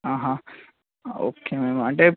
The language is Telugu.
ఓకే మ్యామ్ అంటే